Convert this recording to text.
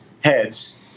heads